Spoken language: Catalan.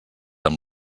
amb